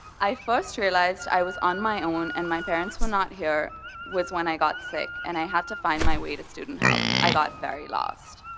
i first realized i was on my own and my parents were not here was when i got sick and i had to find my way to student health. i got very lost.